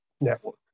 network